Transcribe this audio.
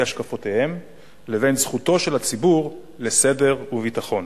את השקפותיהם לבין זכותו של הציבור לסדר וביטחון.